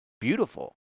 beautiful